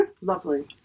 Lovely